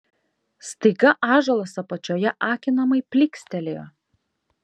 staiga ąžuolas apačioje akinamai plykstelėjo